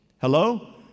Hello